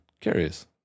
curious